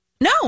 No